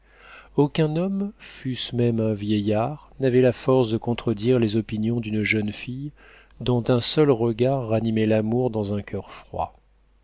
aucun homme fût-ce même un vieillard n'avait la force de contredire les opinions d'une jeune fille dont un seul regard ranimait l'amour dans un coeur froid